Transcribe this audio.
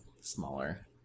smaller